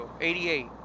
88